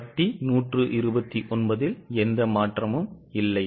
வட்டி129இல் எந்த மாற்றமும் இல்லை